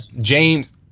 James